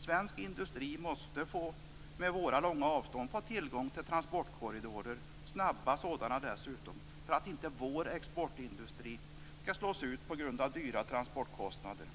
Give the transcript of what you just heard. Svensk industri måste på grund av de långa avstånden få tillgång till transportkorridorer, snabba sådana dessutom, för att vår exportindustri inte skall slås ut på grund av dyra transportkostnader.